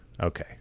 okay